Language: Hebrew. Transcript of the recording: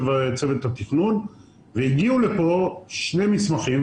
צוות התכנון והביאו לכאן שני מסמכים,